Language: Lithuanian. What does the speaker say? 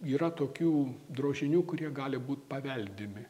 yra tokių drožinių kurie gali būt paveldimi